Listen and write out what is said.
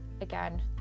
again